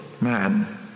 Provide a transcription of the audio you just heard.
man